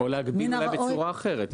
או להגביל אולי בצורה אחרת,